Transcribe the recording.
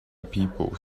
people